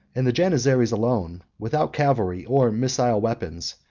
and the janizaries, alone, without cavalry or missile weapons,